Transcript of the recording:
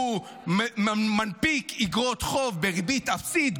הוא מנפיק איגרות חוב בריבית אפסית,